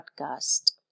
podcast